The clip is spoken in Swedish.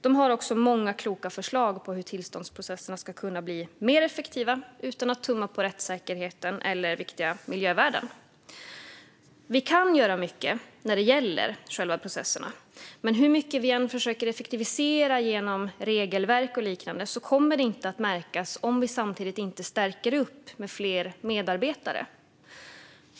De har också många kloka förslag på hur tillståndsprocesserna ska kunna bli mer effektiva utan att man tummar på rättssäkerheten eller viktiga miljövärden. Vi kan göra mycket när det gäller själva processerna. Men hur mycket vi än försöker effektivisera genom regelverk och liknande kommer det inte att märkas om vi inte samtidigt stärker upp med fler medarbetare.